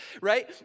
right